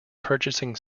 purchasing